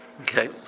Okay